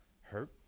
hurt